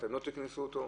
אתם לא תקנסו אותו?